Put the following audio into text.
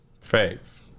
Facts